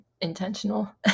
intentional